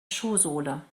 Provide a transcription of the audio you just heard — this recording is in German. schuhsohle